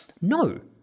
no